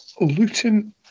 Luton